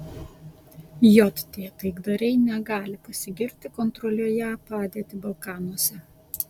jt taikdariai negali pasigirti kontroliuoją padėtį balkanuose